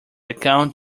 account